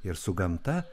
ir su gamta